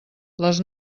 les